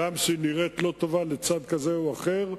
גם כשהיא נראית לא טובה לצד כזה או אחר,